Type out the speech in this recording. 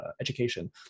education